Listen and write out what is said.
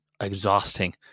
exhausting